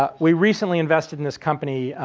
um we recently invested in this company,